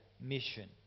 mission